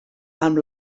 amb